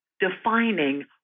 defining